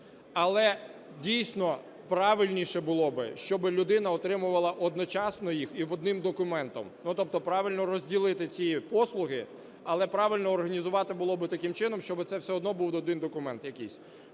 Але, дійсно, правильніше було б, щоб людина отримувала одночасно їх і одним документом, ну, тобто правильно розділити ці послуги, але правильно організувати було б таким чином, щоб це все одно був один документ якийсь.